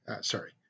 Sorry